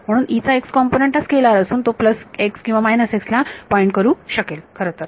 म्हणून E चा x component हा स्केलार असून तो प्लस x किंवा मायनस x ला पॉईंट करू शकेल खरंतर